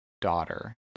daughter